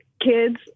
kids